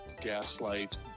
Gaslight